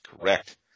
Correct